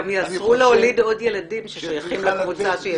גם יאסרו ללדת עוד ילדים ששייכים לקבוצה.